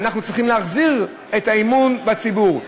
אנחנו צריכים להחזיר את האמון של הציבור,